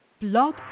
Blog